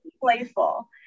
playful